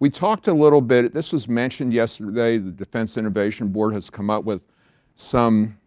we talked a little bit, this was mentioned yesterday, the defense intervention board has come up with some